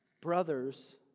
Brothers